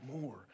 more